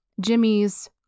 Jimmy's